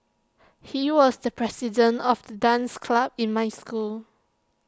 he was the president of the dance club in my school